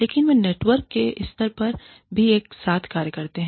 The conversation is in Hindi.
लेकिन वे नेटवर्क के स्तर पर भी एक साथ कार्य करते हैं